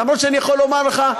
אף שאני יכול לומר לך,